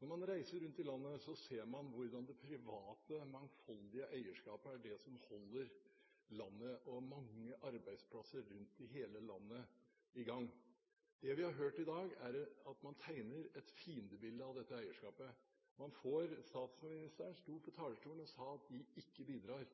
Når man reiser rundt i landet, ser man hvordan det private mangfoldige eierskapet er det som holder landet – og mange arbeidsplasser – i gang. Det vi har hørt i dag, er at man tegner et fiendebilde av dette eierskapet. Statsministeren sto på talerstolen og sa at de ikke bidrar.